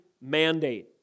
mandate